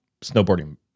snowboarding